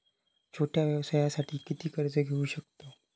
छोट्या व्यवसायासाठी किती कर्ज घेऊ शकतव?